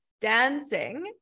dancing